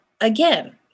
again